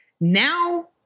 Now